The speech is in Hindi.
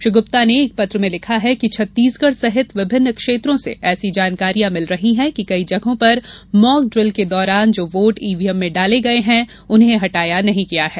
श्री गुप्ता ने एक पत्र में लिखा है कि छत्तीसगढ़ सहित विभिन्न क्षेत्रों से ऐसी जानकारियां मिल रही हैं कि कई जगहों पर मॉक ड्रिल के दौरान जो वोट ईवीएम में डाले गये हैं उन्हें हटाया नहीं गया है